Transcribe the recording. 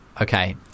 Okay